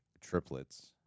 triplets